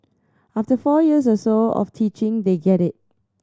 after four years or so of teaching they get it